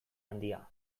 handia